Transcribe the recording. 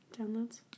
downloads